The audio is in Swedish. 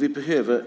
Vi behöver